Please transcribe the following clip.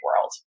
world